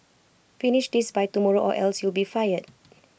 finish this by tomorrow or else you'll be fired